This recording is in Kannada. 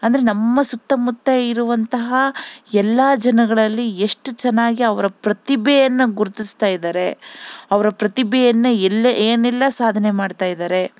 ಅಂದರೆ ನಮ್ಮ ಸುತ್ತಮುತ್ತ ಇರುವಂತಹ ಎಲ್ಲ ಜನಗಳಲ್ಲಿ ಎಷ್ಟು ಚೆನ್ನಾಗಿ ಅವರ ಪ್ರತಿಭೆಯನ್ನ ಗುರುತಿಸ್ತಾ ಇದಾರೆ ಅವರ ಪ್ರತಿಭೆಯನ್ನು ಎಲ್ಲೆ ಏನೆಲ್ಲಾ ಸಾಧನೆ ಮಾಡ್ತಾ ಇದಾರೆ